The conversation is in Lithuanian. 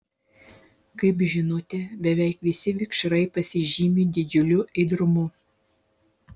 kaip žinote beveik visi vikšrai pasižymi didžiuliu ėdrumu